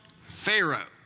Pharaoh